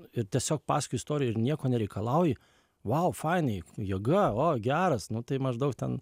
ir tiesiog pasakoji istoriją ir nieko nereikalauji vau fainai jėga o geras nu tai maždaug ten